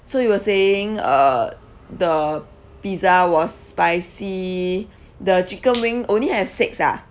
so you were saying uh the pizza was spicy the chicken wing only have six ah